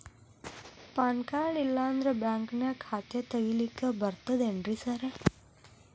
PAN card ಇಲ್ಲಂದ್ರ ಬ್ಯಾಂಕಿನ್ಯಾಗ ಖಾತೆ ತೆಗೆಲಿಕ್ಕಿ ಬರ್ತಾದೇನ್ರಿ ಸಾರ್?